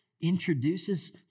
introduces